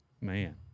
man